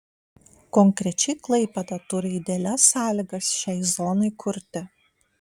konkrečiai klaipėda turi idealias sąlygas šiai zonai kurti